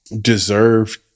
deserve